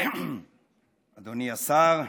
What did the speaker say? אדוני השר,